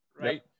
right